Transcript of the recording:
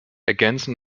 ergänzen